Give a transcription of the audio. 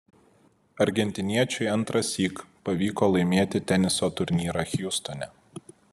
argentiniečiui antrąsyk pavyko laimėti teniso turnyrą hjustone